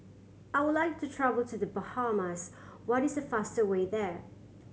I would like to travel to The Bahamas what is the fastest way there